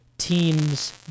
team's